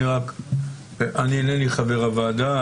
אני אינני חבר הוועדה,